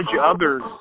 others